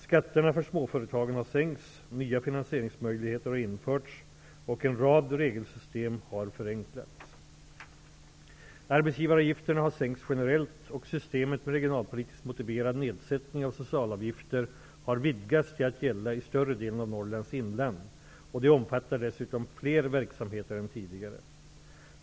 Skatterna för småföretagen har sänkts, nya finansieringsmöjligheter har införts och en rad regelsystem har förenklats. Arbetsgivaravgifterna har sänkts generellt och systemet med regionalpolitiskt motiverad nedsättning av socialavgifter har vidgats till att gälla i större delen av Norrlands inland och det omfattar dessutom fler verksamheter än tidigare.